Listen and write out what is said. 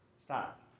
Stop